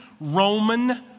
Roman